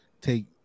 take